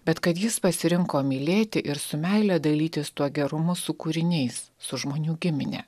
bet kad jis pasirinko mylėti ir su meile dalytis tuo gerumu su kūriniais su žmonių gimine